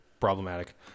problematic